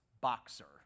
Boxer